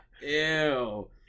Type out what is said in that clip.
Ew